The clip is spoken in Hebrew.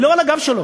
היא לא על הגב שלו,